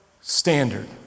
standard